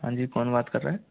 हाँजी कौन बात कर रहा है